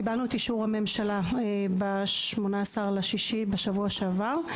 קיבלנו את אישור הממשלה ב-18 ביוני בשבוע שעבר.